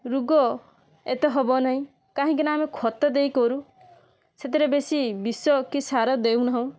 ରୁଗ ଏତେ ହବ ନାହିଁ କାହିଁକିନା ଆମେ ଖତ ଦେଇ କରୁ ସେଥିରେ ବେଶୀ ବିଷ କି ସାର ଦେଉନାହୁଁ